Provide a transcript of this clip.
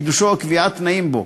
חידושו או קביעת תנאים בו,